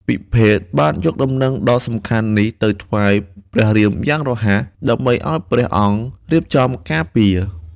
ពិភេកបានយកដំណឹងដ៏សំខាន់នេះទៅថ្វាយព្រះរាមយ៉ាងរហ័ស ដើម្បីឲ្យព្រះអង្គរៀបចំការពារ។